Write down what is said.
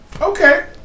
Okay